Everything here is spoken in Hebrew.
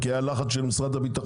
כי היה לחץ של משרד הביטחון.